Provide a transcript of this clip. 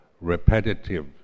repetitive